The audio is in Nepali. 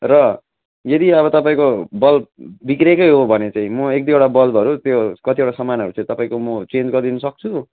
र यदि अब तपाईँको बल्ब बिग्रेकै हो भने चाहिँ म एकदुईवटा बल्बहरू त्यो कतिवटा सामानहरू चाहिँ तपाईँको म चेन्ज गरिदिनु सक्छु